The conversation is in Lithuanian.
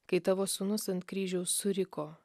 kai tavo sūnus ant kryžiaus suriko